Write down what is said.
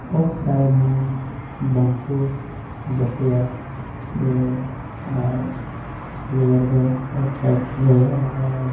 of side ᱦᱚᱸ ᱵᱟᱝ ᱠᱚ ᱫᱚᱦᱚᱭᱟ ᱥᱮ ᱟᱨ ᱡᱟᱭᱜᱟ ᱡᱟᱭᱜᱟ ᱨᱮᱫᱚ ᱚᱯᱷ ᱥᱟᱭᱤᱰ ᱠᱚᱫᱚ ᱟᱨ